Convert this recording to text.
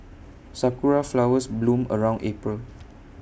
Sakura Flowers bloom around April